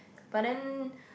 but then